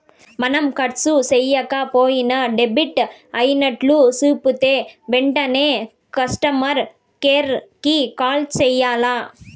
మనం కర్సు సేయక పోయినా డెబిట్ అయినట్లు సూపితే ఎంటనే కస్టమర్ కేర్ కి కాల్ సెయ్యాల్ల